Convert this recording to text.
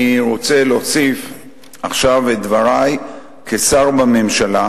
אני רוצה להוסיף עכשיו את דברי כשר בממשלה,